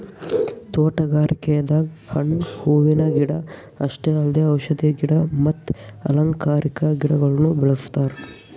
ತೋಟಗಾರಿಕೆದಾಗ್ ಹಣ್ಣ್ ಹೂವಿನ ಗಿಡ ಅಷ್ಟೇ ಅಲ್ದೆ ಔಷಧಿ ಗಿಡ ಮತ್ತ್ ಅಲಂಕಾರಿಕಾ ಗಿಡಗೊಳ್ನು ಬೆಳೆಸ್ತಾರ್